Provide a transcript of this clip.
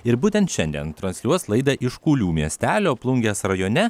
ir būtent šiandien transliuos laidą iš kulių miestelio plungės rajone